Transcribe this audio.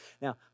Now